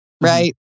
right